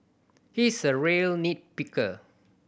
he is a real nit picker